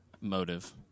motive